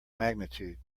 magnitude